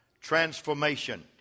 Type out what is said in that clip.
transformation